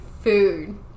food